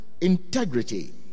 integrity